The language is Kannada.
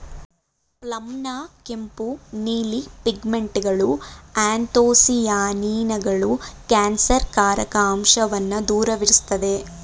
ಪ್ಲಮ್ನ ಕೆಂಪು ನೀಲಿ ಪಿಗ್ಮೆಂಟ್ಗಳು ಆ್ಯಂಥೊಸಿಯಾನಿನ್ಗಳು ಕ್ಯಾನ್ಸರ್ಕಾರಕ ಅಂಶವನ್ನ ದೂರವಿರ್ಸ್ತದೆ